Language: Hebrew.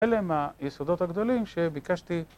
אלה הם היסודות הגדולים שביקשתי